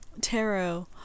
tarot